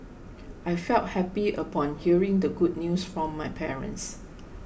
I felt happy upon hearing the good news from my parents